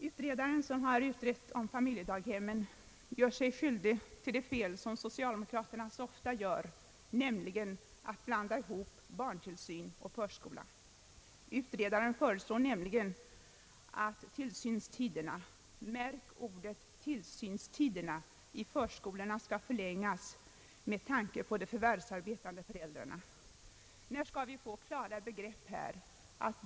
Utredaren som undersökt frågan om familjedaghemmen gör sig skyldig till det fel som socialdemokraterna så ofta gör, nämligen att blanda ihop barntillsyn och förskola. Utredaren föreslog nämligen att tillsynstiderna — märk ordet tillsynstiderna! — i förskolorna skall förlängas med tanke på de förvärvsarbetande föräldrarna. När skall vi få klara begrepp härvidlag?